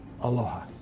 aloha